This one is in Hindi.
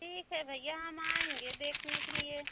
ठीक है भैया हम आएँगे देखने के लिए